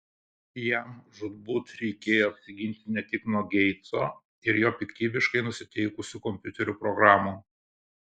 jam žūtbūt reikėjo apsiginti ne tik nuo geitso ir jo piktybiškai nusiteikusių kompiuterio programų